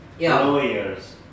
lawyers